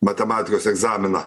matematikos egzaminą